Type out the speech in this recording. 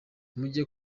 mujye